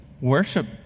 worship